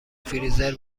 فریزر